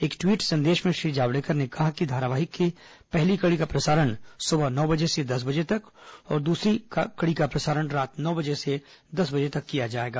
एक ट्वीट संदेश में श्री जावड़ेकर ने कहा कि धारावाहिक की पहली कड़ी का प्रसारण सुबह नौ बजे से दस बजे तक और दूसरी का रात नौ बजे से दस बजे तक किया जाएगा